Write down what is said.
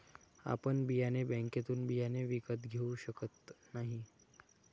आपण बियाणे बँकेतून बियाणे विकत घेऊ शकत नाही